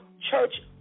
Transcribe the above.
church